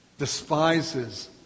despises